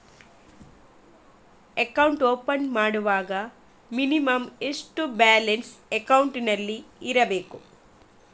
Account open ಮಾಡುವಾಗ minimum ಎಷ್ಟು balance ಅಕೌಂಟಿನಲ್ಲಿ ಇರಬೇಕು?